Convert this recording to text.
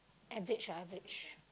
average ah average